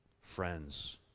Friends